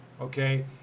okay